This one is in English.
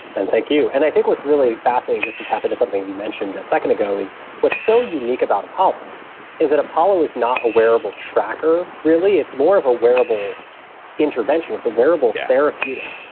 and thank you. and i think what's really fascinating, just to tap into something that you mentioned second ago, is what's so unique about apollo is that apollo is not a wearable tracker, really it's more of a wearable intervention. it's a wearable therapeutic.